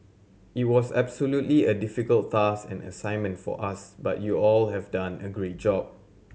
it was absolutely a difficult task and assignment for us but you all have done a great job